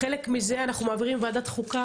חלק מזה אנחנו מעבירים לוועדת חוקה,